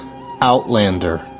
Outlander